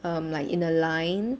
um like in a line